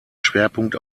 schwerpunkt